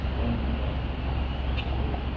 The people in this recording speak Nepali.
भगवान बुद्धले